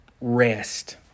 rest